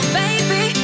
baby